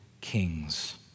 kings